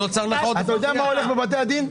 אתה יודע מה הולך בבתי הדין?